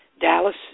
Dallas